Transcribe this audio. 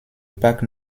parc